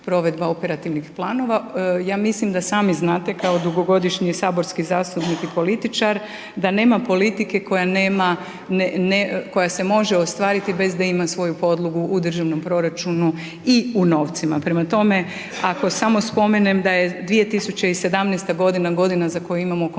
ja mislim da sami znate kao dugogodišnji saborski zastupnik i političar, da nema politike koja nema ne, koja se može ostvariti bez da ima svoju podlogu u državnom proračunu i u novcima, prema tome ako samo spomenem da je 2017. godina, godina za koju imamo konsolidirane